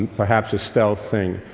perhaps a stealth thing.